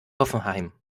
hoffenheim